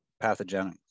pathogenic